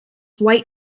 white